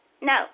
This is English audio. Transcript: No